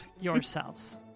yourselves